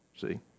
See